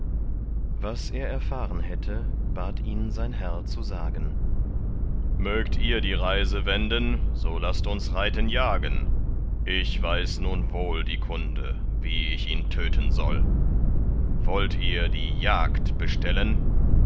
was er erfahren hätte bat ihn sein herr zu sagen mögt ihr die reise wenden so laßt uns reiten jagen ich weiß nun wohl die kunde wie ich ihn töten soll wollt ihr die jagd bestellen